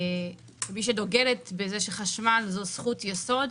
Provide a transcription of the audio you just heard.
כמי שדוגלת בזה שחשמל זה זכות יסוד,